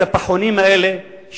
את הפחונים האלה,